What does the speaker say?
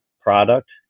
product